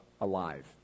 alive